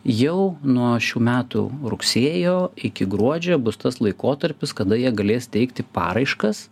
jau nuo šių metų rugsėjo iki gruodžio bus tas laikotarpis kada jie galės teikti paraiškas